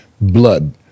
blood